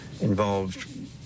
involved